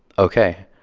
ok.